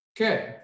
Okay